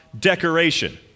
decoration